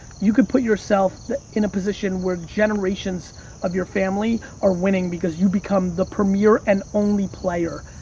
you can put yourself in a position where generations of your family are winning because you become the premier and only player,